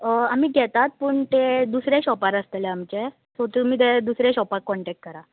आमी घेतात पूण ते दुसरे शॉपार आसतले आमचे सो तुमी ते दुसऱ्या शॉपाक कॉन्टेक्ट करा